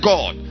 God